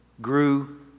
grew